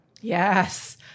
Yes